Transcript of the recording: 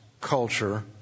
culture